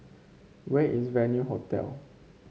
where is Venue Hotel